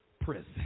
prison